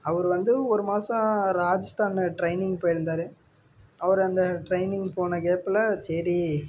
அவர் வந்து ஒரு மாதம் ராஜஸ்தானில் ட்ரைனிங் போய்ருந்தாரு அவர் அந்த ட்ரைனிங் போன கேப்பில் சரி